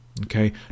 Okay